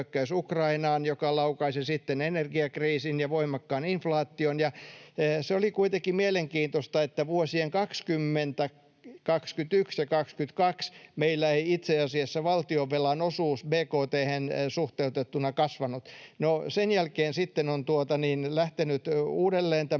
joka laukaisi sitten energiakriisin ja voimakkaan inflaation. Se oli kuitenkin mielenkiintoista, että vuosina 2020—2022 meillä ei itse asiassa valtionvelan osuus bkt:hen suhteutettuna kasvanut. Sen jälkeen sitten on lähtenyt uudelleen tämä